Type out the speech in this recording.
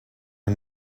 are